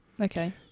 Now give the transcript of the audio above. Okay